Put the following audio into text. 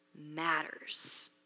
matters